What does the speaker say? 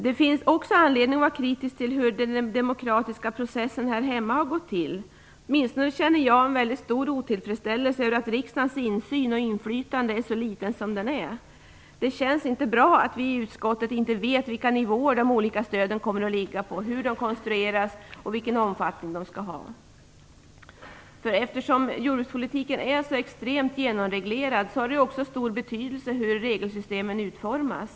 Det finns också anledning att vara kritisk till hur den demokratiska processen här hemma har gått till. Åtminstone jag känner en stor otillfredsställelse över att riksdagen har så liten insyn i och så litet inflytande på processen. Det känns inte bra att vi i utskottet inte vet vilka nivåer de olika stöden kommer att ligga på, hur de konstrueras och vilken omfattning de skall ha. Eftersom jordbrukspolitiken är så extremt genomreglerad har det också stor betydelse hur regelsystemen utformas.